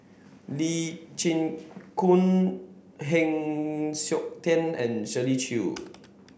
Lee Chin Koon Heng Siok Tian and Shirley Chew